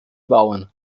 bauern